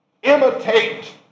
Imitate